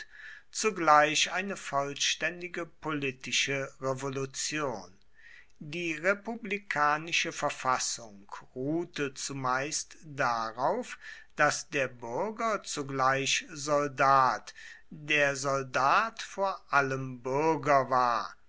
zugleich eine vollständige politische revolution die republikanische verfassung ruhte zumeist darauf daß der bürger zugleich soldat der soldat vor allem bürger war